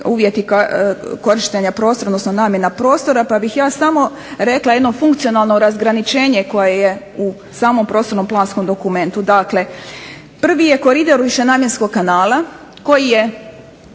uvjeti korištenja prostora, odnosno namjena prostora pa bih ja samo rekla jedno funkcionalno razgraničenje koje je u samom prostorno-planskom dokumentu. Dakle, prvi je koridor višenamjenskog kanala koji ima